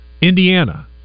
Indiana